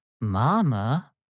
Mama